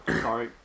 Sorry